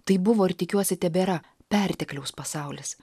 tai buvo ir tikiuosi tebėra pertekliaus pasaulis